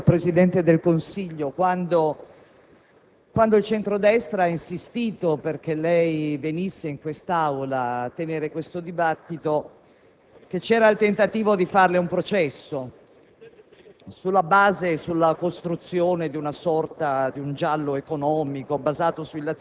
era del tutto evidente, quando il centro-destra ha insistito perché lei venisse in quest'Aula a tenere questo dibattito, che c'era il tentativo di farle un processo,